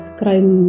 crime